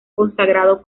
consagrado